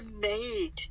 made